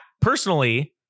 personally